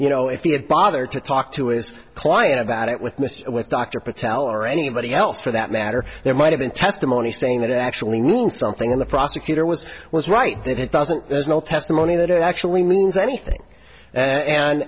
you know if he had bothered to talk to his client about it with mr with dr patel or anybody else for that matter there might have been testimony saying that it actually means something in the prosecutor was was right that it doesn't there's no testimony that it actually means anything and